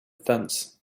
fence